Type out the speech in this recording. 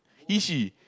is she